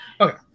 Okay